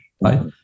right